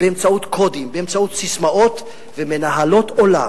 באמצעות קודים ובאמצעות ססמאות ומנהלות עולם.